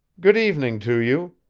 good evening to you!